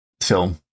film